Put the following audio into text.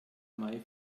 may